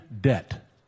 debt